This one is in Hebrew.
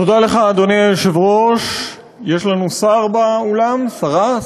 תודה לך, אדוני היושב-ראש, יש לנו שר באולם, שרה?